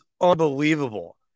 unbelievable